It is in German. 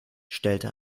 stellte